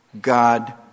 God